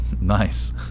Nice